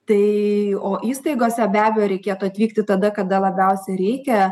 tai o įstaigose be abejo reikėtų atvykti tada kada labiausiai reikia